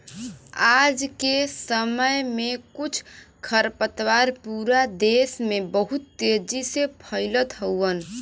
आज के समय में कुछ खरपतवार पूरा देस में बहुत तेजी से फइलत हउवन